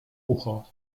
ucho